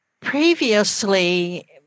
previously